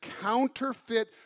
counterfeit